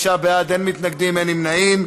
46 בעד, אין מתנגדים, אין נמנעים.